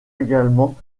également